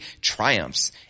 triumphs